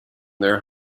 their